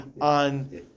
on